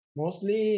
mostly